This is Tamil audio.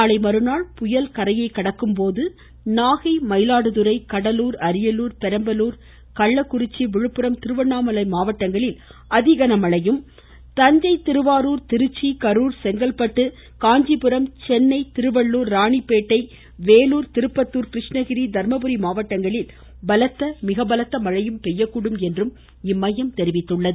நாளை மறுநாள் புயல் கரையை கடக்கும் போது நாகை மயிலாடுதுறை கடலூர் அரியலூர் பெரம்பலூர் கள்ளக்குறிச்சி விழுப்புரம் திருவண்ணாமலை மாவட்டங்களில் அதி கன மழையும் தஞ்சை திருவாரூர் திருச்சிராப்பள்ளி கரூர் செங்கல்பட்டு காஞ்சிபுரம் சென்னை திருவள்ளுர் ராணிப்பேட்டை வேலூர் திருப்பத்தூர் கிருஷ்ணகிரி தர்மபுரி மாவட்டங்களில் பலத்த மிக பலத்த மழையும் பெய்யக்கூடும் என்று இம்மையம் தெரிவித்துள்ளது